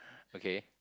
okay